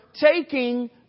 taking